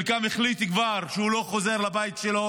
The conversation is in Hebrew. חלקם כבר החליט שהוא לא חוזר לבית שלו